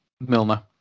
Milner